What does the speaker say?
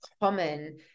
common